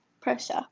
pressure